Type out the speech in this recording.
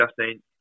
Justine